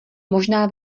možná